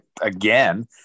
again